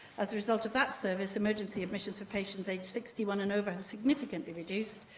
as a result of that service, emergency admissions for patients aged sixty one and over has significantly reduced.